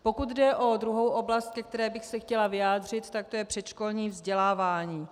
Pokud jde o druhou oblast, ke které bych se chtěla vyjádřit, tak to je předškolní vzdělávání.